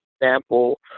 example